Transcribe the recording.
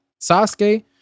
Sasuke